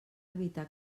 evitar